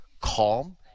calm